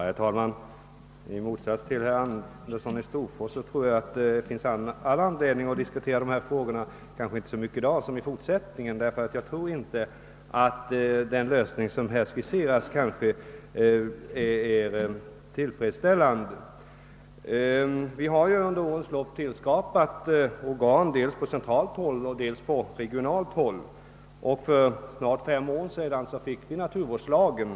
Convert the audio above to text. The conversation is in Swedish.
Herr talman! I motsats till herr Andersson i Storfors tror jag att det finns anledning att diskutera dessa frågor, kanske inte så mycket i dag men väl framöver. Jag är nämligen inte säker på att den lösning som här skisserats är tillfredsställande. Vi har under årens lopp tillskapat organ dels centralt och dels regionalt, och för snart fem år sedan antog vi naturvårdslagen.